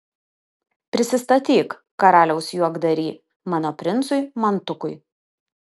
prisistatyk karaliaus juokdary mano princui mantukui